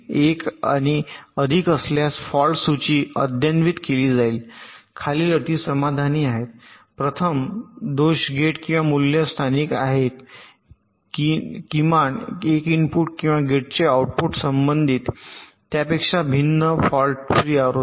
एक आणि अधिक असल्यास फाल्ट सूची अद्यतनित केली जाईल खालील अटी समाधानी आहेत सर्व प्रथम दोष गेट किंवा मूल्य स्थानिक आहे निहित किमान एक इनपुट किंवा गेटचे आउटपुट संबंधित त्यापेक्षा भिन्न आहे फॉल्ट फ्री आवृत्ती